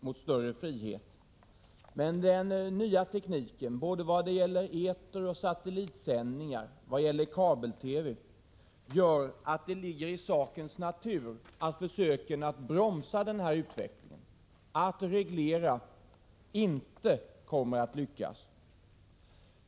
Men den nya tekniken, både när det gäller eteroch satellitsändningar och kabel-TV, gör att det ligger i sakens natur att försöken att bromsa denna och reglera inte kommer att lyckas.